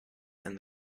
and